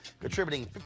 contributing